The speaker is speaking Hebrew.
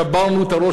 שברנו את הראש,